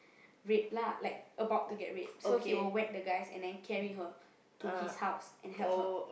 raped lah like about to get raped so he will whack the guys and then carry her to his house and help her